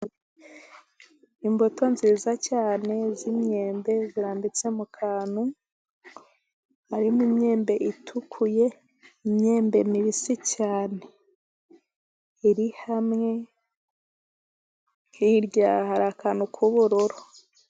Imbuto nziza cyane z'iyembe zirambitse mu kantu, harimo imyembe itukuye, n'imyembe mibisi cyane. Iri hamwe, hirya hari akantu k'ubururu.